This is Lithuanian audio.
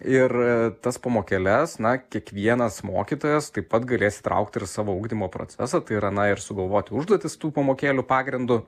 ir tas pamokėles na kiekvienas mokytojas taip pat galės įtraukti ir savo ugdymo procesą tai yra na ir sugalvoti užduotis tų pamokėlių pagrindu